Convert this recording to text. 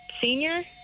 Senior